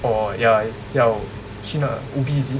oh ya 要去那 ubi is it